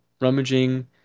rummaging